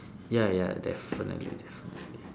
ya ya definitely definitely